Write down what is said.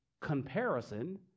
comparison